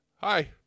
Hi